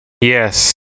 yes